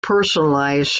personalized